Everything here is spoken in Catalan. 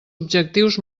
objectius